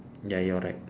ya your right